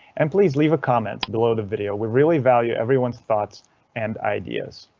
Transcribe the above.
and please leave a comment below the video, we really value everyone's thoughts and ideas!